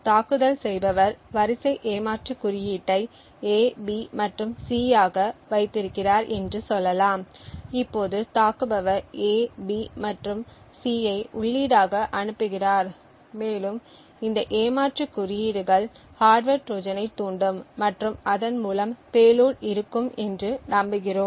தாக்குதல் செய்பவர் வரிசை ஏமாற்று குறியீட்டை A B மற்றும் C ஆக வைத்திருக்கிறார் என்று சொல்லலாம் இப்போது தாக்குபவர் A B மற்றும் C ஐ உள்ளீடாக அனுப்புகிறார் மேலும் இந்த ஏமாற்று குறியீடுகள் ஹார்ட்வர் ட்ரோஜனைத் தூண்டும் மற்றும் அதன் மூலம் பேலோட் இருக்கும் என்று நம்புகிறோம்